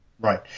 right